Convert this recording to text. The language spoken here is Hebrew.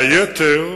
היתר,